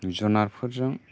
जुनारफोरजों